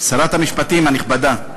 שרת המשפטים הנכבדה,